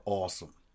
awesome